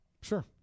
Sure